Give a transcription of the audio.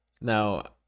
Now